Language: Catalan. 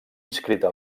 inscrita